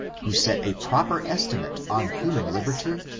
who set a proper estimate on human liberty?